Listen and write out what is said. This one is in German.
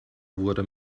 wurde